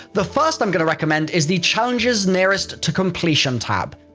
the first i'm going to recommend is the challenges nearest to completion tab.